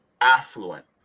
affluent